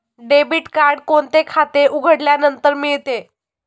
Debit card कोणते खाते उघडल्यानंतर मिळते?